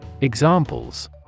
Examples